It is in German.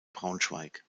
braunschweig